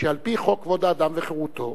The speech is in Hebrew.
שעל-פי חוק כבוד האדם וחירותו,